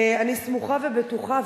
אני סמוכה ובטוחה.